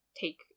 take